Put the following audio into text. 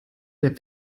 der